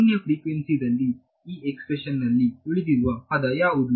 ಶೂನ್ಯ ಫ್ರಿಕ್ವೆನ್ಸಿದಲ್ಲಿ ಈ ಎಕ್ಸ್ಪ್ರೆಶನ್ ನಲ್ಲಿ ಉಳಿದಿರುವ ಪದ ಯಾವುದು